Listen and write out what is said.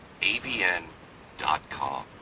avn.com